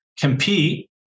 compete